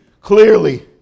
clearly